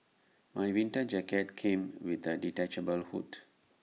my winter jacket came with A detachable hood